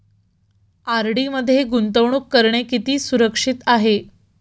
RD मध्ये गुंतवणूक करणे किती सुरक्षित आहे?